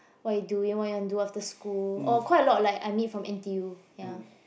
what are you doing what are you do after school oh quite a lot like I meet from n_t_u ya